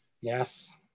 Yes